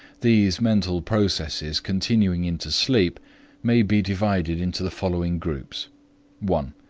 these mental processes continuing into sleep may be divided into the following groups one,